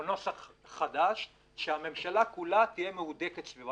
או נוסח חדש שהממשלה כולה תהיה מהודקת סביבו.